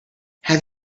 have